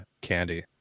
candy